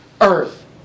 earth